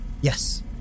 Yes